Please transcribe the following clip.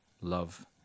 love